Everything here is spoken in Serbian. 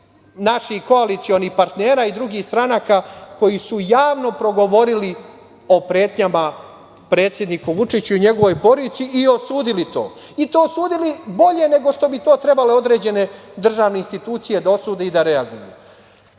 naših koalicionih partnera, i drugih stranaka koji su javno progovorili o pretnjama predsedniku Vučiću i njegovoj porodici, i osudili to i to osudili bolje nego što bi trebale određene državne institucije da osude i da reaguju.I